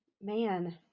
Man